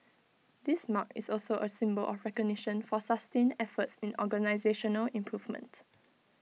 this mark is also A symbol of recognition for sustained efforts in organisational improvement